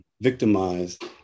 victimized